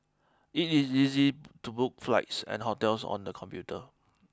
it is easy to book flights and hotels on the computer